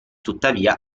tuttavia